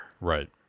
Right